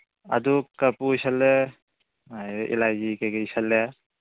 ꯑꯗꯨ ꯀꯔꯄꯨꯔ ꯏꯁꯜꯂꯦ ꯑꯗꯩ ꯏꯂꯥꯏꯖꯤ ꯀꯩꯀꯩ ꯏꯁꯜꯂꯦ